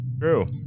true